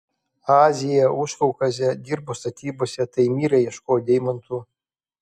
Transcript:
aziją užkaukazę dirbo statybose taimyre ieškojo deimantų